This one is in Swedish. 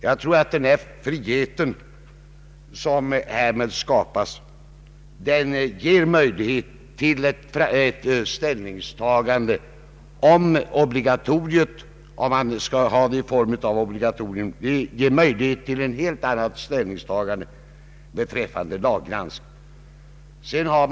Jag tror att den erfarenhet som därmed skapas ger möjlighet till ett ställningstagande i sinom tid om vi över huvud taget skall ha ett obligatorium beträffande lagrådsgranskningen.